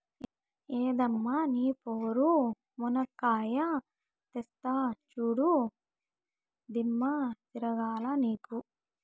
ఎందమ్మ నీ పోరు, మునక్కాయా తెస్తా చూడు, దిమ్మ తిరగాల నీకు